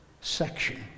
section